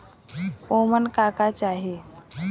ओमन का का चाही?